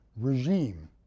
regime